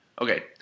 Okay